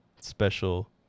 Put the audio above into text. special